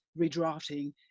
redrafting